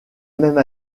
même